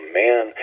man